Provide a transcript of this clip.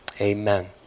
Amen